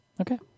Okay